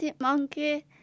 Monkey